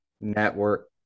Network